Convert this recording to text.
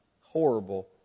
horrible